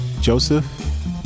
Joseph